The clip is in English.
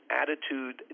attitude